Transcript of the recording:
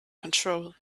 control